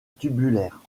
tubulaire